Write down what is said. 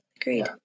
Agreed